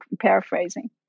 paraphrasing